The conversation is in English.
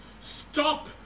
Stop